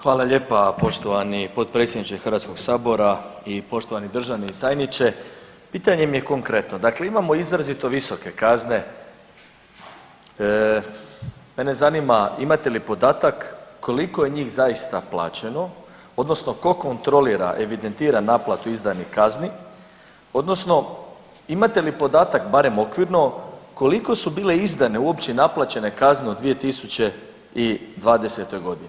Hvala lijepa poštovani potpredsjedniče Hrvatskog sabora i poštovani državni tajniče, pitanje mi je konkretno, dakle imamo izrazito visoke kazne, mene zanima imate li podatak koliko je njih zaista plaćeno odnosno tko kontrolira, evidentira naplatu izdanih kazni odnosno imate li podatak barem okvirno koliko su bile izdane uopće i naplaćene kazne u 2020. godini?